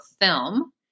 film